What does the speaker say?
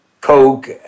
Coke